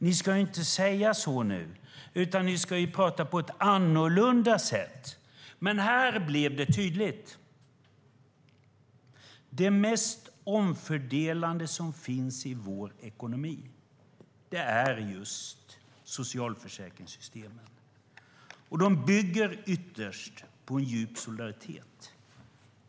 Ni ska inte säga så nu! Ni ska prata på ett annorlunda sätt. Här blev det tydligt. Det mest omfördelande som finns i vår ekonomi är just socialförsäkringssystemen. De bygger ytterst på en djup solidaritet.